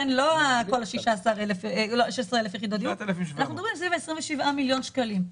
לא כל ה-16,000 יחידות דיור אנחנו מדברים על סביב ה-27 מיליון שקלים.